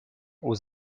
aux